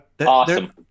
Awesome